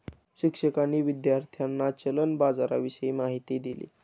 शिक्षकांनी विद्यार्थ्यांना चलन बाजाराविषयी माहिती दिली